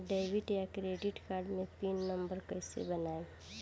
Debit या credit card मे pin number कैसे बनाएम?